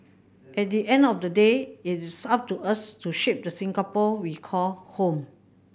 at the end of the day it is up to us to shape the Singapore we call home